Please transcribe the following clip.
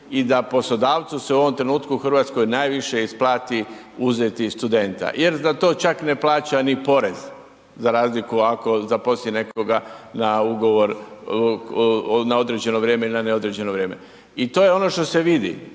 i da poslodavcu se u ovom trenutku u RH najviše isplati uzeti studenta jer za to čak ne plaća ni porez za razliku ako zaposli nekoga na ugovor, na određeno vrijeme i na neodređeno vrijeme i to je ono što se vidi